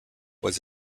was